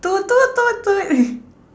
toot toot toot toot